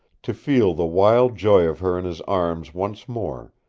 to feel the wild joy of her in his arms once more,